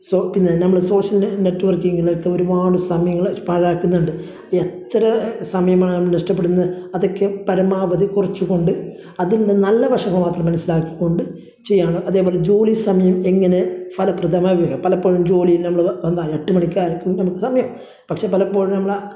so പിന്നെ നമ്മൾ social നെറ്റ്വക്കിങ്ങിലേക്ക് ഒരുപാട് സമയങ്ങൾ പാഴാക്കുന്നുണ്ട് എത്ര സമയമാണ് നമ്മൾ നഷ്ടപ്പെടുത്തുന്നത് അതൊക്കെ പരമാവധി കുറച്ചുകൊണ്ട് അതിൻ്റെ നല്ല വശങ്ങൾ മാത്രം മനസ്സിലാക്കിക്കൊണ്ട് ചെയ്യാനും അതേപോലെ ജോലി സമയം എങ്ങനെ ഫലപ്രദമായി ഉപയോഗിക്കാം പലപ്പോഴും ജോലീൽ നമ്മൾ എന്താ എട്ട് മണിക്കായിരിക്കും നമുക്ക് സമയം പക്ഷേ പലപ്പോഴും നമ്മളാ